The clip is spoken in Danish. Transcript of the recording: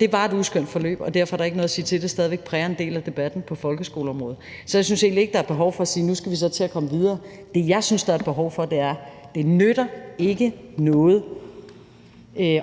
Det var et uskønt forløb, og derfor er der ikke noget at sige til, at det stadig væk præger en del af debatten på folkeskoleområdet. Så jeg synes egentlig ikke, der er behov for at sige, at nu skal vi så til at komme videre. Det, jeg synes der er behov for, er at sige: Det nytter ikke noget